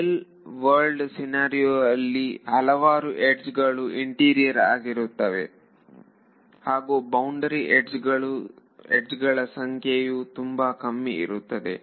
real world scenario ಅಲ್ಲಿ ಹಲವಾರು edge ಗಳು ಇಂಟೀರಿಯರ್ ಆಗಿರುತ್ತವೆ ಹಾಗೂ ಬೌಂಡರಿ ಯಡ್ಜ್ ಗಳ ಸಂಖ್ಯೆ ತುಂಬಾ ಕಮ್ಮಿ ಇರುತ್ತದೆ